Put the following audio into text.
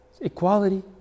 Equality